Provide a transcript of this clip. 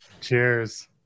Cheers